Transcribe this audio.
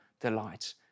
delight